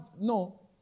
no